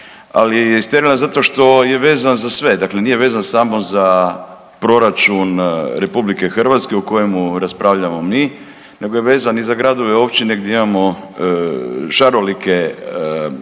ali je i sterilan zato što je vezan za sve. Dakle, nije vezan samo za proračun RH o kojemu raspravljamo mi, nego je vezan i za gradove, općine gdje imamo šarolike